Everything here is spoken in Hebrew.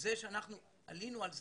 זה שאנחנו עלינו על זה,